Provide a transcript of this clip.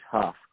tough